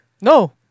No